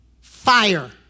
fire